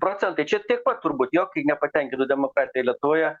procentai čia taip pat turbūt jo nepatenkintų demokratija lietuvoje